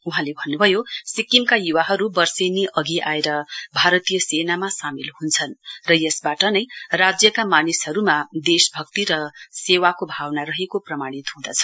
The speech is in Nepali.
वहाँले भन्नुभयो सिक्किमका युवाहरू वर्षेनी अघि आएर भारतीय सेनामा सामेल हुन्छन् र यसबाट नै राज्यका मानिसहरूमा देशभक्ति र सेवाको भावना रहेको प्रमाणित हुँदछ